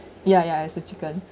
ya ya it's the chicken